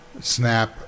snap